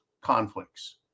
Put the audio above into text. conflicts